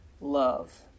love